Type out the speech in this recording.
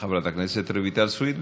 חברת הכנסת רויטל סויד.